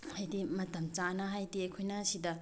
ꯍꯥꯏꯗꯤ ꯃꯇꯝ ꯆꯥꯅ ꯍꯥꯏꯗꯤ ꯑꯩꯈꯣꯏꯅ ꯁꯤꯗ